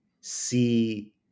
see